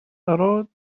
rode